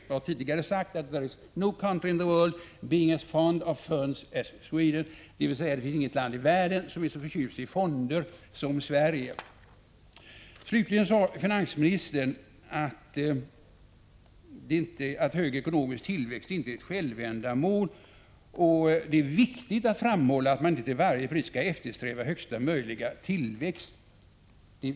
Jag har tidigare sagt: ”There is no country in the world being as fond of funds as Sweden”, dvs. det finns inget land i världen som är så förtjust i fonder som Sverige. Slutligen sade finansministern att hög ekonomisk tillväxt inte är ett självändamål och att det är viktigt att framhålla att man inte till varje pris skall eftersträva högsta möjliga tillväxt.